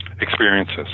experiences